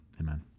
amen